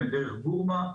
"דרך בורמה",